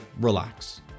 relax